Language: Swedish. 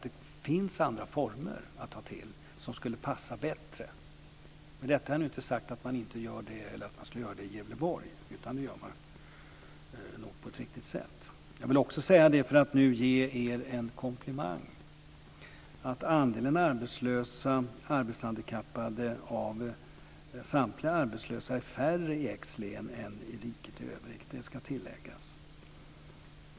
Det finns andra former att ta till som skulle passa bättre. Med detta har jag alltså inte sagt att man skulle göra så här i Gävleborg - där gör man det nog på ett riktigt sätt. Jag vill också ge er en komplimang. Andelen arbetslösa arbetshandikappade av samtliga arbetslösa är färre i X-län än i riket i övrigt. Det ska tilläggas.